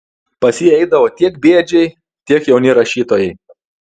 pas jį eidavo tiek bėdžiai tiek jauni rašytojai